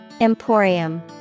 Emporium